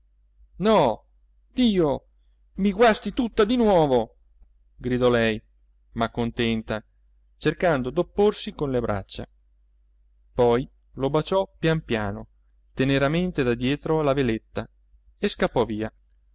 no dio mi guasti tutta di nuovo gridò lei ma contenta cercando d'opporsi con le braccia poi lo baciò pian piano teneramente da dietro la veletta e scappò via